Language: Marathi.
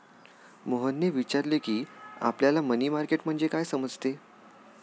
मोहनने विचारले की, आपल्याला मनी मार्केट म्हणजे काय समजते?